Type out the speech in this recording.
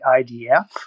IDF